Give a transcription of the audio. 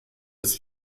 ist